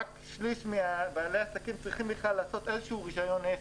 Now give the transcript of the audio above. רק שליש מבעלי העסקים צריכים לעשות איזשהו רישיון עסק,